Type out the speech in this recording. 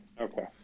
Okay